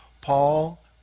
Paul